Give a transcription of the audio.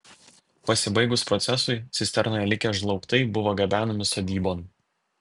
pasibaigus procesui cisternoje likę žlaugtai buvo gabenami sodybon